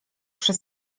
przez